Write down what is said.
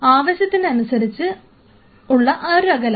ആവശ്യത്തിന് അനുസരിച്ചുള്ള അകലം